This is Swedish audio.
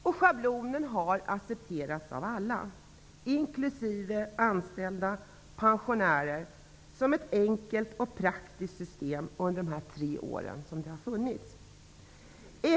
Schablonen har accepterats av alla, inklusive anställda och pensionärer, som ett enkelt och praktiskt system under de tre år den funnits.